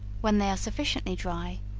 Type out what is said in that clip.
when they are sufficiently dry,